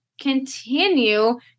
continue